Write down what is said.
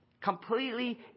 Completely